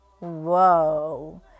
Whoa